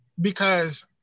because-